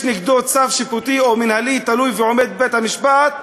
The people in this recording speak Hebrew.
נגדו צו שיפוטי או מינהלי תלוי ועומד בבית-המשפט